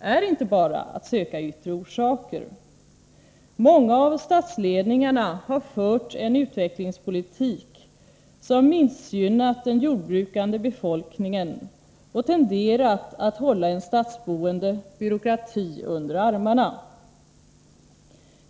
är inte bara att söka i yttre orsaker. Många av statsledningarna har fört en utvecklingspolitik som missgynnat den jordbrukande befolkningen och tenderat att hålla en stadsboende byråkrati under armarna.